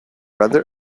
rather